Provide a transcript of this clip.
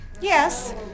Yes